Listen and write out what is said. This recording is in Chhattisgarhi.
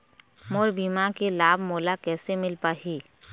मोर बीमा के लाभ मोला कैसे मिल पाही?